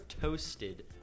toasted